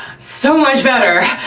so much better.